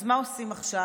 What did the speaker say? אז מה עושים עכשיו?